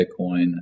Bitcoin